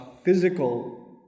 physical